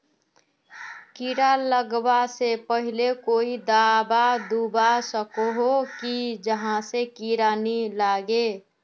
कीड़ा लगवा से पहले कोई दाबा दुबा सकोहो ही जहा से कीड़ा नी लागे?